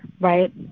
right